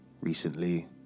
recently